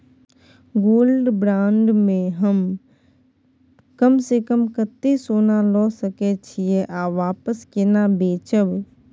Gold bond म हम कम स कम कत्ते सोना ल सके छिए आ वापस केना बेचब?